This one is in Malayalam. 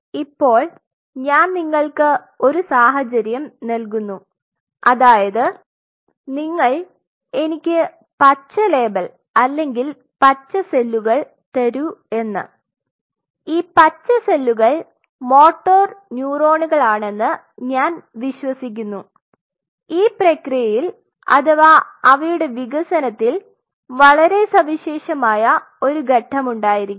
ഇപ്പോൾ ഞാൻ നിങ്ങൾക്ക് ഒരു സാഹചര്യം നൽകുന്നു അതായത് നിങ്ങൾ എനിക്ക് പച്ച ലേബൽ അല്ലെങ്കിൽ പച്ച സെല്ലുകൾ തരൂ എന്ന് ഈ പച്ച സെല്ലുകൾ മോട്ടോർ ന്യൂറോണുകളാണെന്ന് ഞാൻ വിശ്വസിക്കുന്നു ഈ പ്രക്രിയയിൽ അഥവാ അവയുടെ വികസനത്തിൽ വളരെ സവിശേഷമായ ഒരു ഘട്ടമുണ്ടായിരിക്കും